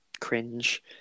cringe